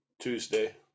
Tuesday